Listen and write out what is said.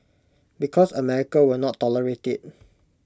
because America will not tolerate IT